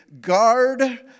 guard